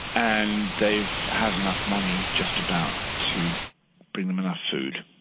and they've had enough money, just about, to bring them enough food,